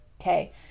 Okay